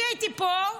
אני הייתי פה,